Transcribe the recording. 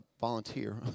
volunteer